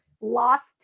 lost